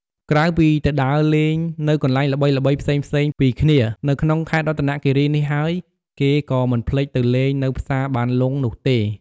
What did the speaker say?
ក្រៅពីទៅដើរលេងនៅកន្លែងល្បីៗផ្សេងៗពីគ្នានៅក្នុងខេត្តរតនគីរីនេះហើយ គេក៏មិនភ្លេចទៅលេងនៅផ្សារបានលុងនោះទេ។